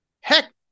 Heck